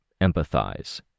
empathize